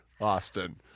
austin